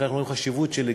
לכן אנחנו רואים חשיבות בגיוס